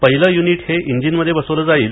पहिले यूनिट हे इंजिनमध्ये बसवले जाईल